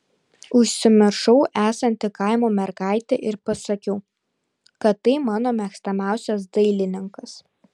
užsimiršau esanti kaimo mergaitė ir pasakiau kad tai mano mėgstamiausias dailininkas